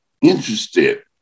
interested